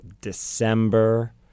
December